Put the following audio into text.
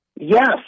Yes